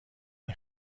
این